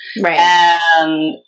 Right